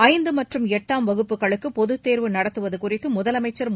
ஐந்து மற்றும் எட்டாம் வகுப்புகளுக்கு பொதுத்தோ்வு நடத்துவது குறித்து முதலமைச்சா்